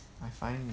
I find